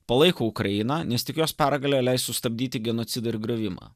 palaiko ukrainą nes tik jos pergalė leis sustabdyti genocidą ir griovimą